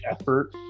effort